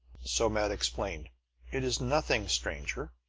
somat explained it is nothing, stranger.